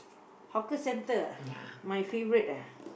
hawker centre ah my favourite ah